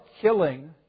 killing